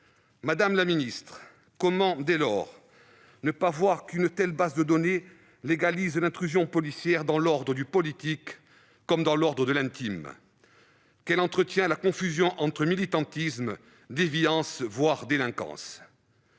Madame la ministre, comment ne pas voir que de tels fichiers légalisent l'intrusion policière dans l'ordre du politique comme dans celui de l'intime, qu'ils entretiennent la confusion entre militantisme, déviance, voire délinquance ?